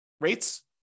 rates